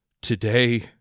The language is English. Today